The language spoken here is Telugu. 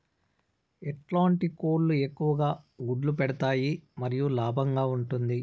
ఎట్లాంటి కోళ్ళు ఎక్కువగా గుడ్లు పెడతాయి మరియు లాభంగా ఉంటుంది?